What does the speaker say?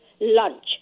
lunch